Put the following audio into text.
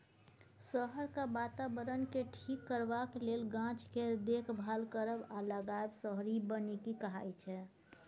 शहरक बाताबरणकेँ ठीक करबाक लेल गाछ केर देखभाल करब आ लगाएब शहरी बनिकी कहाइ छै